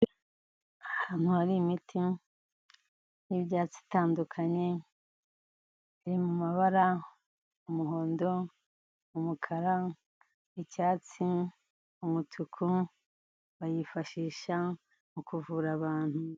Ahantu hari imiti y'ibyatsi itandukanye iri mu mabara umuhondo, umukara, icyatsi, umutuku bayifashisha mu kuvura abantu.